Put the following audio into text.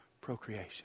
procreation